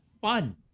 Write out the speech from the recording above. fun